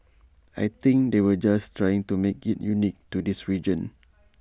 I think they were just trying to make IT unique to this region